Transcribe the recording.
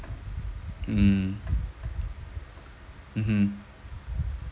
mm mmhmm